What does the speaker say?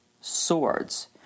Swords